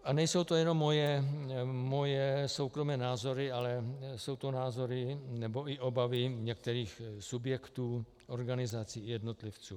A nejsou to jenom moje soukromé názory, ale jsou to názory nebo i obavy některých subjektů, organizací a jednotlivců.